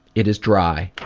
it is dry.